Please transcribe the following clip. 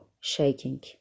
shaking